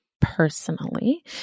Personally